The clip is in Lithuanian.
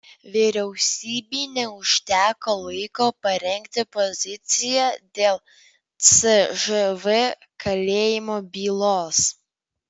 vyriausybei neužteko laiko parengti poziciją dėl cžv kalėjimo bylos